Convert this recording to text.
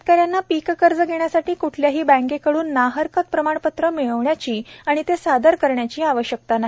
शेतकऱ्यांना पीक कर्ज घेण्यासाठी कुठल्याही बँकेकडून नाहरकत प्रमाणपत्र मिळविण्याची आणि ते सादर करण्याची आवश्यकता नाही